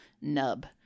nub